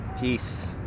Peace